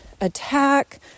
attack